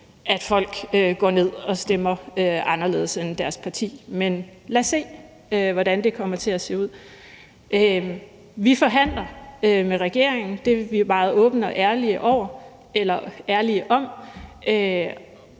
at folk går ned og stemmer anderledes end deres parti. Men lad os se, hvordan det kommer til at se ud. Vi forhandler med regeringen. Det er vi meget åbne og ærlige om.